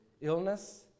illness